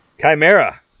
Chimera